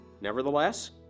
Nevertheless